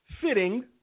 fitting